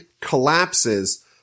collapses